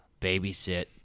babysit